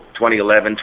2011